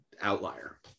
outlier